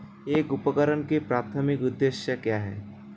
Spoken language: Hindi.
एक उपकरण का प्राथमिक उद्देश्य क्या है?